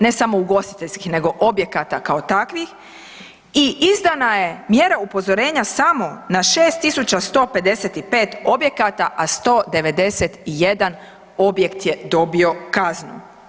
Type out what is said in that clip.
Ne samo ugostiteljskih nego objekata kao takvih i izdana je mjera upozorenja samo na 6 155 objekata, a 191 objekt je dobio kaznu.